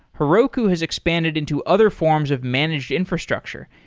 heroku has expanded into other forms of managed infrastructure,